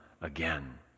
again